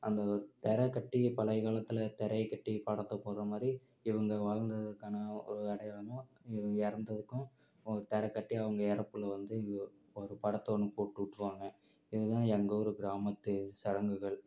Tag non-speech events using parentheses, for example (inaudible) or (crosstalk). அந்த திர கட்டி பழைய காலத்தில் திரைய கட்டி படத்தை போடுகிற மாதிரி இவங்க வாழ்ந்ததுக்கான ஒரு அடையாளமாக இவங்க இறந்ததுக்கும் ஒரு திர கட்டி அவங்க இறப்புல வந்து (unintelligible) ஒரு படத்தை ஒன்று போட்டு விட்ருவாங்க இது தான் எங்கள் ஊர் கிராமத்து சடங்குகள்